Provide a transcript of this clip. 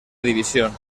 división